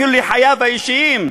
אפילו לחייו האישיים,